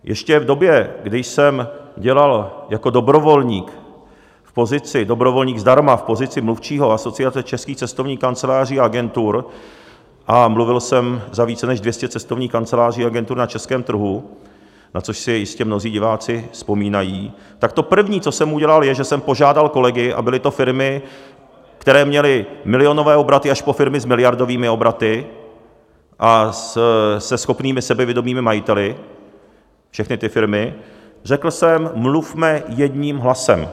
Ještě v době, kdy jsem dělal jako dobrovolník zdarma v pozici mluvčího Asociace českých cestovních kanceláří a agentur a mluvil jsem za více než 200 cestovních kanceláří a agentur na českém trhu, na což si jistě mnozí diváci vzpomínají, tak to první, co jsem udělal, je, že jsem požádal kolegy a byly to firmy, které měly milionové obraty, až po firmy s miliardovými obraty a se schopnými, sebevědomými majiteli, všechny ty firmy a řekl jsem: Mluvme jedním hlasem.